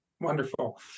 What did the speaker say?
Wonderful